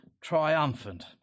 triumphant